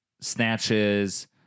snatches